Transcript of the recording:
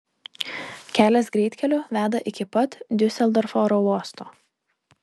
kelias greitkeliu veda iki pat diuseldorfo oro uosto